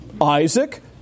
Isaac